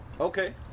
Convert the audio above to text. Okay